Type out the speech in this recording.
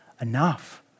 enough